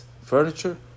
Furniture